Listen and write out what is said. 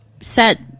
set